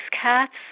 cats